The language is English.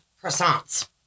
Croissant's